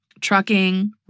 Trucking